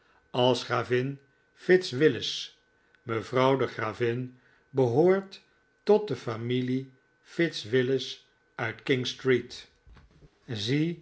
als gravin fitz willis mevrouw de gravin behoort tot de familie fitz willis uit king street